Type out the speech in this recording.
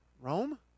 Rome